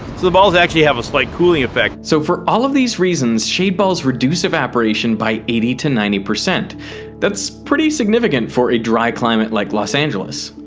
the balls actually have a slight cooling effect. so, for all of these reasons, shade balls reduce evaporation by eighty to ninety. that's pretty significant for a dry climate like los angeles.